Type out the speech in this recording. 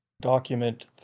document